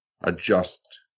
adjust